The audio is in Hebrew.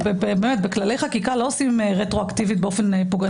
בכללי חקיקה לא עושים רטרואקטיביות באופן פוגע.